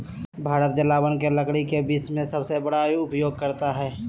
भारत जलावन के लकड़ी के विश्व में सबसे बड़ा उपयोगकर्ता हइ